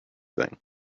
thing